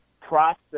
process